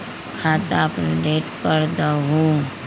खाता अपडेट करदहु?